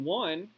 one